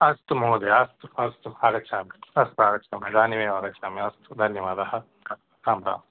अस्तु महोदय अस्तु अस्तु आगच्छामि अस्तु आगच्छामि इदानीमेव आगच्छामि अस्तु धन्यवादः राम् राम्